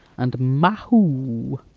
and mahu.